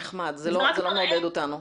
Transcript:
נחמד, אבל זה לא מעודד אותנו.